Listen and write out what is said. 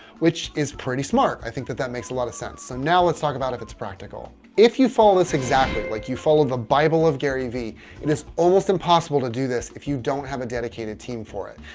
which is pretty smart. i think that that makes a lot of sense. so now let's talk about if it's practical. if you follow this exactly like you follow the bible of gary vee it is almost impossible to do this if you don't have a dedicated team for it.